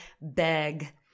beg